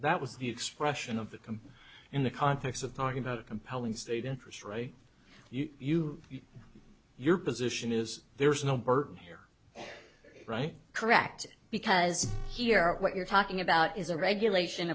that was the expression of the km in the context of talking about a compelling state interest right you your position is there's no burden here right correct because here what you're talking about is a regulation